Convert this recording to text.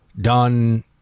done